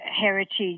heritage